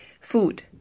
Food